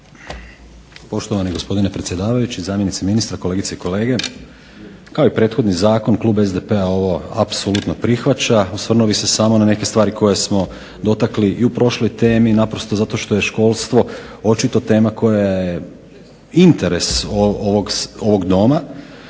Poštovani gospodine predsjedavajući, zamjenici ministra, kolegice i kolege. Kao i prethodni zakon klub SDP-a ovo apsolutno prihvaća. Osvrnuo bih se samo na neke stvari koje smo dotakli i u prošloj temi naprosto što je školstvo očito tema koja je interes ovog Doma.